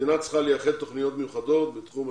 המדינה צריכה לייחד תכניות מיוחדות בתחומי